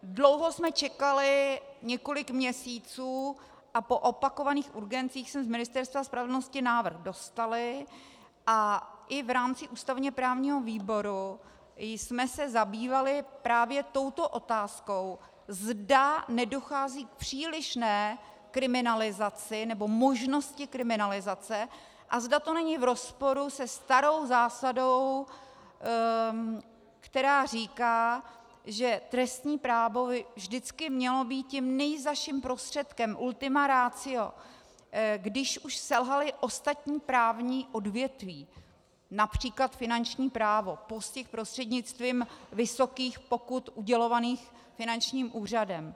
Dlouho jsme čekali, několik měsíců, a po opakovaných urgencích jsme z Ministerstva spravedlnosti návrh dostali a i v rámci ústavněprávního výboru jsme se zabývali právě touto otázkou, zda nedochází k přílišné kriminalizaci nebo možnosti kriminalizace a zda to není v rozporu se starou zásadou, která říká, že trestní právo by vždycky mělo být tím nejzazším prostředkem, ultima ratio, když už selhala ostatní právní odvětví, např. finanční právo, postih prostřednictvím vysokých pokut udělovaných finančním úřadem atd.